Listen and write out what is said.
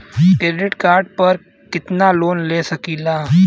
Credit card पर कितनालोन ले सकीला?